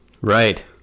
Right